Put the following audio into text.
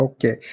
Okay